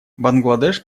бангладеш